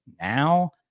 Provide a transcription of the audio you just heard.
now